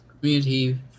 community